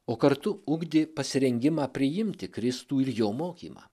o kartu ugdė pasirengimą priimti kristų ir jo mokymą